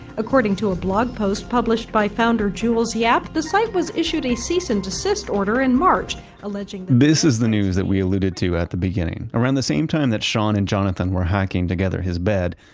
according to a blog post published by founder jules yap, the site was issued a cease and desist order in march alleging that this is the news that we alluded to at the beginning. around the same time that sean and jonathan were hacking together his bed,